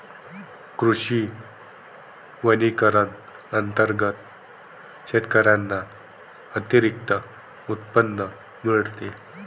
कृषी वनीकरण अंतर्गत शेतकऱ्यांना अतिरिक्त उत्पन्न मिळते